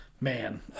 Man